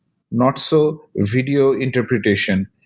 not so video interpretation.